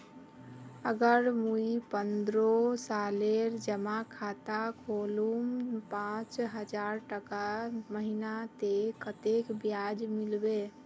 अगर मुई पन्द्रोह सालेर जमा खाता खोलूम पाँच हजारटका महीना ते कतेक ब्याज मिलबे?